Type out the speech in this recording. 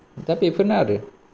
दा बेफोरनो आरो